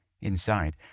Inside